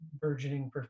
burgeoning